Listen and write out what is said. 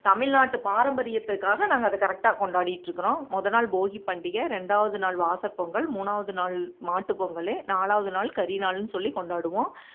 தமிழ்நாட்டு பாரம்பரியத்துக்காக நாங்கள் அதை கரெக்டாக கொண்டாடிட்டிருக்குறோம் மொதல் நாள் போகிப்பண்டிகை ரெண்டாவது நாள் வாசல்பொங்கல் மூணாவது நாள் மாட்டு பொங்கல் நாலாவது நாள் கரி நாள்னு சொல்லி கொண்டாடுவோம்